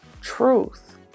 truth